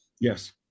Yes